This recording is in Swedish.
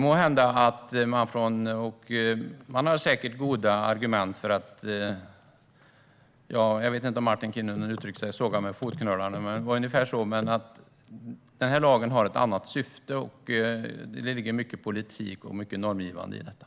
Man har säkert goda argument för att såga förslaget vid fotknölarna, men den här lagen har ett annat syfte, och det ligger mycket politik och mycket normgivande i detta.